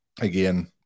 again